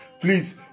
please